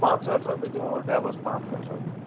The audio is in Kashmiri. پانٛژٕٹھ ہٲٹھ رۄپیہِ دِمو أسۍ ڈَبس پانٛژٕہٲٹھ رۄپیہِ